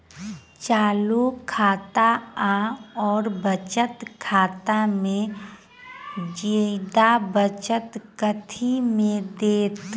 चालू खाता आओर बचत खातामे जियादा ब्याज कथी मे दैत?